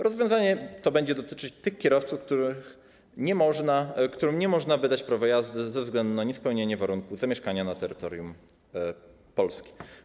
Rozwiązanie to będzie dotyczyć tych kierowców, którym nie można wydać prawa jazdy ze względu na niespełnianie warunku zamieszkania na terytorium Polski.